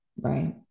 right